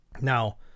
Now